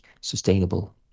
sustainable